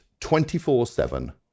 24-7